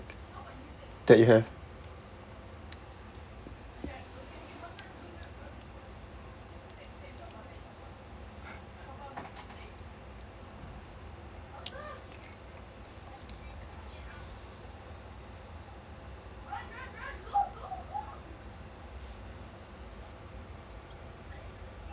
that you have